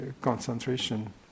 concentration